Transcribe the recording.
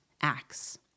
acts